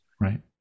Right